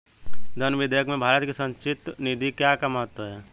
धन विधेयक में भारत की संचित निधि का क्या महत्व है?